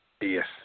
Yes